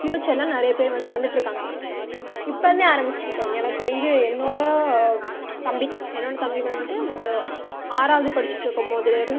ஃபியுச்சரில் நிறையா பேர் வந்து வந்துட்டுருக்காங்க இப்போ இருந்தே ஆரம்பிச்சிட்டு இருக்காங்க எனக்கு தெரிஞ்சி என்னோடய தம்பி என்னோடய தம்பி வந்து ஒரு ஆறாவது படிச்சிட்டு இருக்கும் போதுலேருந்து இந்த விளையாட்டில்